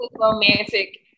Romantic